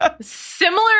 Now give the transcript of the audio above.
Similar